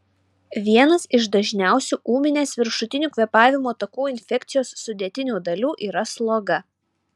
vienas iš dažniausių ūminės viršutinių kvėpavimo takų infekcijos sudėtinių dalių yra sloga